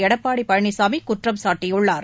எடப்பாடி பழனிசாமி குற்றம் சாட்டியுள்ளார்